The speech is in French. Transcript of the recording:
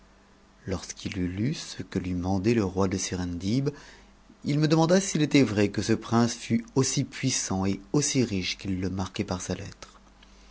lors'fu'i eut lu ce que lui mandait le roi de serendib il me demanda s'il était w i que ce prince fdt aussi puissant et aussi riche qu'il le marquait par sa lettre